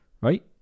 Right